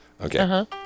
Okay